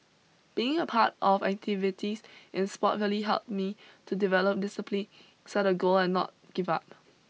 being a part of activities in sport really helped me to develop discipline set a goal and not give up